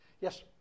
Yes